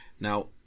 Now